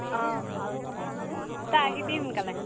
অ তই আহিবি সোনকালে